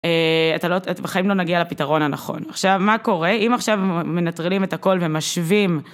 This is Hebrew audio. אתה לא, בחיים לא נגיע לפתרון הנכון, עכשיו מה קורה אם עכשיו מנטרלים את הכל ומשווים